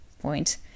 point